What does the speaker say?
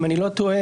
אם אני לא טועה,